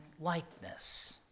likeness